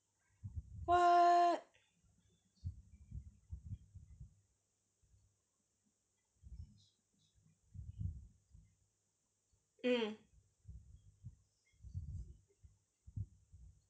what mm